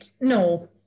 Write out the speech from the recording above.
no